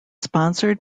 sponsored